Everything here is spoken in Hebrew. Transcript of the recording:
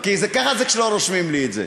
ככה זה כשלא רושמים לי את זה.